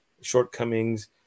shortcomings